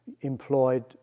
employed